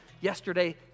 yesterday